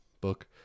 book